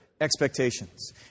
expectations